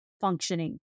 functioning